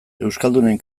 euskaldunen